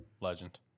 Legend